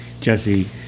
Jesse